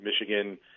Michigan